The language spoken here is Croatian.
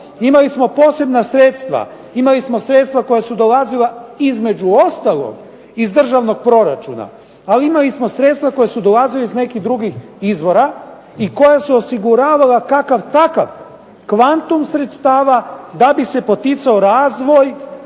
imali smo posebna sredstva, imali smo sredstva koja su dolazila, između ostalog, iz državnog proračuna. Ali imali smo sredstva koja su dolazila i iz nekih drugih izvora i koja su osiguravala kakav takav kvantum sredstava da bi se poticao razvoj,